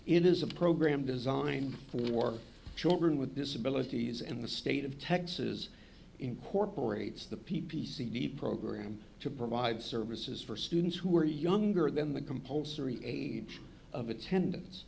it is a program designed for children with disabilities in the state of texas incorporates the p p c v program to provide services for students who are younger than the compulsory age of attendance